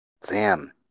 Sam